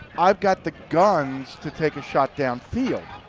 i've got the guns to take a shot downfield.